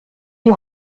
die